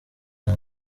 nta